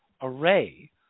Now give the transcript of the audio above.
array